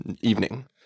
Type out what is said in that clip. evening